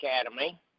Academy